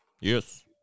Yes